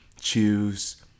Choose